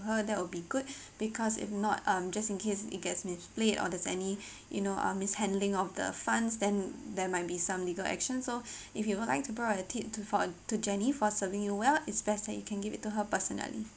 that will be good because if not um just in case it gets misplaced or is any you know uh mishandling of the funds than there might be some legal action so if you don't would to brought a tip to for uh to jenny for serving you well it's best that you can give it to her personally